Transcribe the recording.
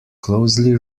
closely